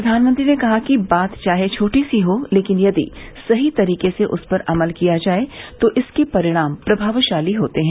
प्रधानमंत्री ने कहा कि बात चाहे छोटी सी हो लेकिन यदि सही तरीके से उस पर अमल किया जाए तो इसके परिणाम प्रभावशाली होते हैं